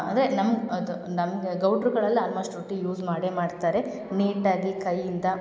ಅಂದರೆ ನಮ್ಗೆ ಅದು ನಮಗೆ ಗೌಡರುಗಳೆಲ್ಲ ಆಲ್ಮೋಸ್ಟ್ ರೊಟ್ಟಿ ಯೂಸ್ ಮಾಡೇ ಮಾಡ್ತಾರೆ ನೀಟಾಗಿ ಕೈಯಿಂದ